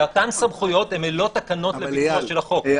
ואותן סמכויות הן ללא תקנות לביצוע של החוק.